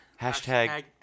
Hashtag